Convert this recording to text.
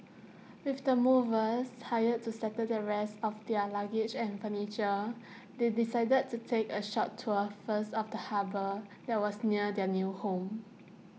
with the movers hired to settle the rest of their luggage and furniture they decided to take A short tour first of the harbour that was near their new home